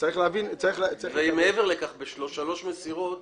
מעבר לכך, בשלוש מסירות